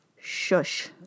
Shush